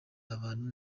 abantu